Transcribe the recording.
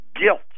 guilt